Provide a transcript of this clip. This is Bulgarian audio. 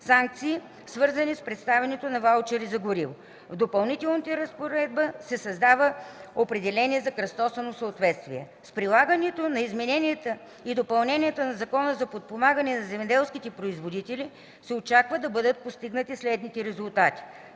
санкции, свързани с предоставянето на ваучери за гориво. В Допълнителната разпоредба се създава определение на кръстосано съответствие. С прилагането на измененията и допълненията на Закона за подпомагане на земеделските производители се очаква да бъдат постигнати следните резултати: